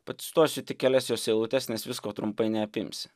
pacituosiu tik kelias jos eilutes nes visko trumpai neapimsi